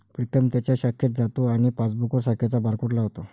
प्रीतम त्याच्या शाखेत जातो आणि पासबुकवर शाखेचा बारकोड लावतो